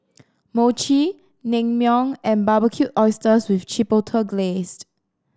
Mochi Naengmyeon and Barbecued Oysters with Chipotle Glaze